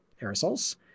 aerosols